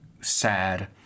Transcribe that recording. sad